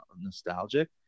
nostalgic